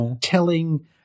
telling